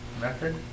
method